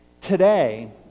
Today